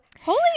Holy